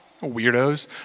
weirdos